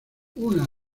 una